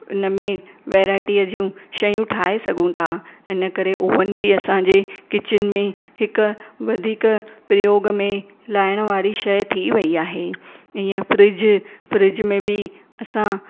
उन में वैराइटीअ जूं शयूं ठाहे सघूं था इन करे ओवन बि असांजे किचन में हिकु वधीक प्रयोग में लाइण वारी शइ थी वई आहे ईअं फ्रिज फ्रिज में बि असां